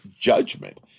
judgment